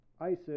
Isis